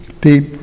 deep